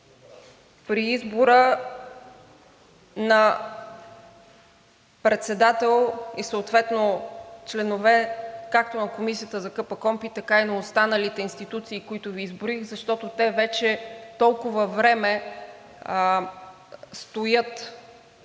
при избора на председател и съответно членове както на Комисията за КПКОНПИ, така и на останалите институции, които Ви изброих, защото те вече толкова време стоят и